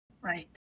Right